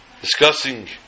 discussing